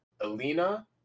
Alina